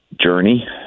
journey